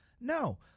No